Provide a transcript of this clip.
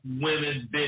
women